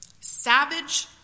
Savage